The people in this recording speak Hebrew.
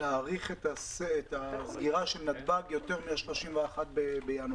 להאריך את הסגירה של נתב"ג יותר מ-31 בינואר.